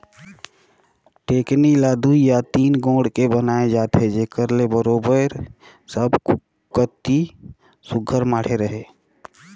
टेकनी ल दुई या तीन गोड़ के बनाए जाथे जेकर ले बरोबेर सब कती सुग्घर माढ़े रहें